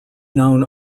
known